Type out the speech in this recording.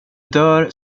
dör